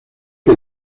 que